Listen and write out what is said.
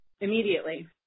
immediately